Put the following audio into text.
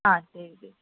ആ ശരി ചേച്ചി